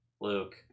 Luke